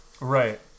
Right